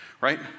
Right